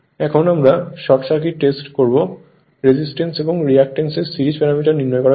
এখন আমরা short circuit test করব রেজিস্ট্যান্স এবং রিয়াক্টট্যান্স এর সিরিজ প্যারামিটার নির্ণয় করার জন্য